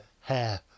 hair